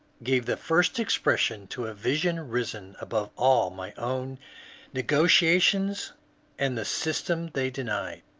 gave the first expression to a vision risen above all my own negations and the systems they denied.